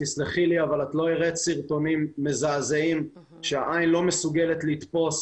תסלחי לי אבל את לא הראית סרטונים מזעזעים שהעין לא מסוגלת לתפוס,